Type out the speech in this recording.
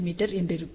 me என்றிருக்கும்